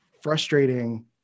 frustrating